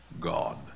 God